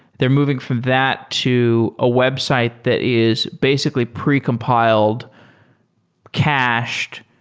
they're moving from that to a website that is basically precompiled cached,